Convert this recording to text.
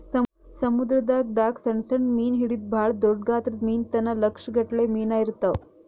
ಸಮುದ್ರದಾಗ್ ದಾಗ್ ಸಣ್ಣ್ ಸಣ್ಣ್ ಮೀನ್ ಹಿಡದು ಭಾಳ್ ದೊಡ್ಡ್ ಗಾತ್ರದ್ ಮೀನ್ ತನ ಲಕ್ಷ್ ಗಟ್ಲೆ ಮೀನಾ ಇರ್ತವ್